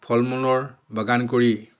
ফল মূলৰ বাগান কৰি